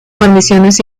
guarniciones